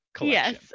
Yes